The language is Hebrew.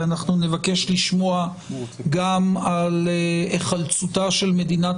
ואנחנו נבקש לשמוע גם על היחלצותה של מדינת